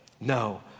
No